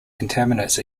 contaminants